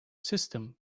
system